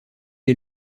est